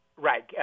Right